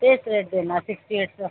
तेच रेट देणार सिक्स्टी एटचं